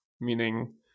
meaning